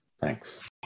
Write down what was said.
Thanks